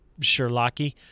Sherlocky